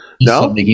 no